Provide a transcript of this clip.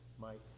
Mike